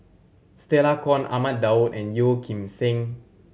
Stella Kon Ahmad Daud and Yeo Kim Seng